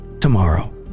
Tomorrow